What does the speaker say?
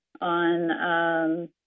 on